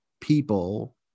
people